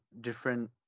different